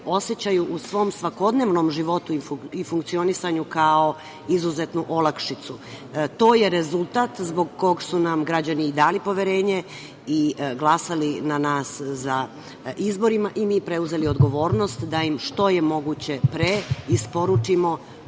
osećaju u svom svakodnevnom životu i funkcionisanju kao izuzetnu olakšicu. To je rezultat zbog kog su nam građani i dali poverenje i glasali za nas na izborima i mi preuzeli odgovornost da im što je moguće pre isporučimo